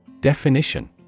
Definition